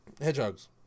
hedgehogs